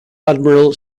admiral